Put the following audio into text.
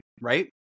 right